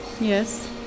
Yes